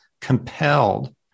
compelled